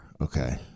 Okay